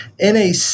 NAC